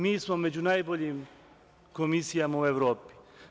Mi smo među najboljim komisijama u Evropi.